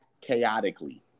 chaotically